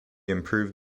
improved